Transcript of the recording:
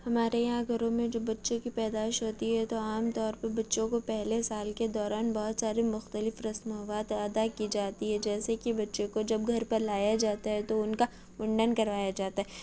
ہمارے یہاں گھروں میں جو بچے کی پیدائش ہوتی ہے تو عام طور پہ بچوں کو پہلے سال کے دوران بہت سارے مختلف رسومات ادا کی جاتی ہے جیسے کہ بچے کو جب گھر پر لایا جاتا ہے تو ان کا منڈن کروایا جاتا ہے